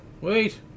Wait